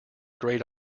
great